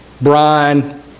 Brian